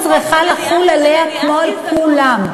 אז ברית הזוגיות צריכה לחול עליה כמו על כולם.